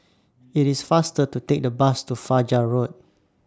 IT IS faster to Take The Bus to Fajar Road